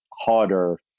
harder